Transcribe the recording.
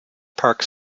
park